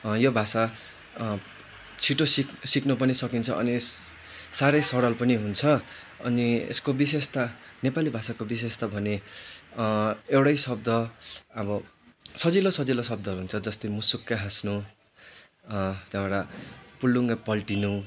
यो भाषा छिटो सिक् सिक्न पनि सकिन्छ अनि सारै सरल पनि हुन्छ अनि यसको बिशेषता नेपाली भाषाको बिशेषता भने एउटै शब्द अब सजिलो सजिलो शब्द हुन्छ जस्तै मुसुक्कै हास्नु त्यहाँबाट पुर्लुक्कै पल्टिनु